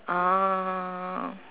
ah